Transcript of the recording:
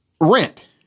rent